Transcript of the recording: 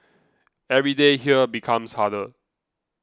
every day here becomes harder